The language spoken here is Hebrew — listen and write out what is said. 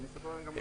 אני אספר גם למה.